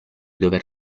dover